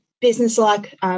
business-like